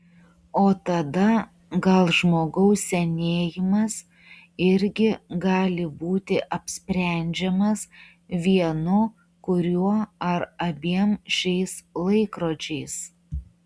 o tada gal žmogaus senėjimas irgi gali būti apsprendžiamas vienu kuriuo ar abiem šiais laikrodžiais